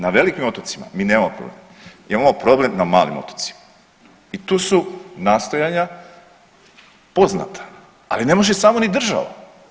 Na velikim otocima mi nemamo problem, mi imamo problem na malim otocima i tu su nastojanja poznata, ali ne može samo ni država.